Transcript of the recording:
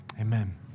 Amen